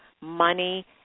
money